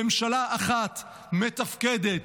ממשלה אחת מתפקדת,